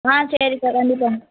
ஆ சரிக்கா ரெண்டு தான்